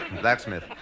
blacksmith